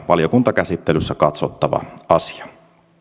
valiokuntakäsittelyssä katsottava asia